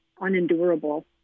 unendurable